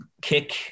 kick